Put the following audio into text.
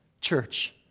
church